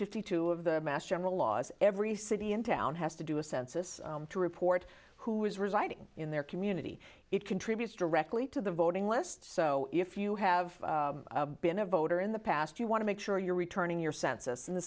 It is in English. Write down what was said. fifty two of the mass general laws every city into has to do a census to report who is residing in their community it contributes directly to the voting list so if you have been a voter in the past you want to make sure you're returning your census in the